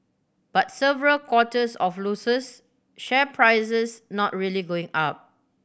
but several quarters of losses share prices not really going up